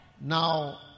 Now